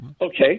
Okay